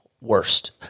worst